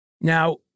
Now